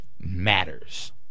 matters